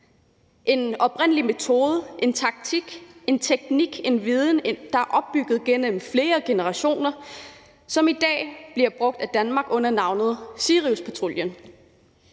en oprindelig metode, en taktik, en teknik, en viden, der er opbygget gennem flere generationer, og som i dag bliver brugt af Danmark under navnet Siriuspatruljen.